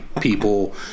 people